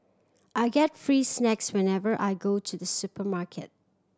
I get free snacks whenever I go to the supermarket